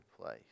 place